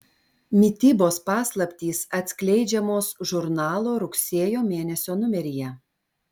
mitybos paslaptys atskleidžiamos žurnalo rugsėjo mėnesio numeryje